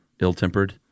ill-tempered